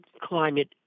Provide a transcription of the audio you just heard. climate